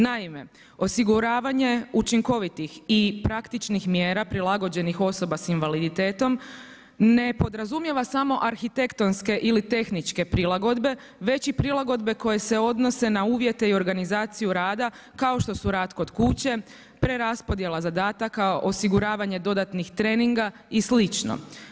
Naime, osiguravanje učinkovitih i praktičnih mjera prilagođenih osoba s invaliditetom ne podrazumijeva samo arhitektonske ili tehničke prilagodbe već i prilagodbe koje se odnose na uvjete i organizaciju rada kao što su rad kod kuće, preraspodjela zadataka, osiguravanje dodatnih treninga i slično.